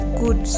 good